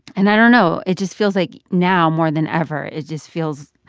and i don't know. it just feels like now, more than ever, it just feels